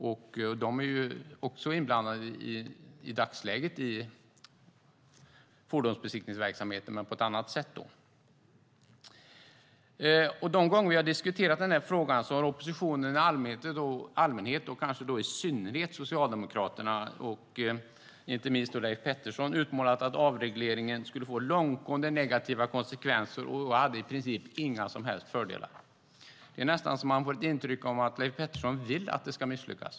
De är i dagsläget också inblandade i fordonsbesiktningsverksamheten - men på ett annat sätt. De gånger vi har diskuterat den här frågan har oppositionen i allmänhet och Socialdemokraterna i synnerhet, inte minst Leif Pettersson, utmålat att avregleringen skulle få långtgående negativa konsekvenser och i princip inte hade några som helst fördelar. Det är nästan så att man får intrycket att Leif Pettersson vill att det ska misslyckas.